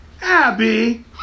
Abby